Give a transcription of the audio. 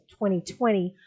2020